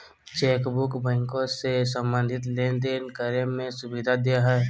chequebook बैंको से संबंधित लेनदेन करे में सुविधा देय हइ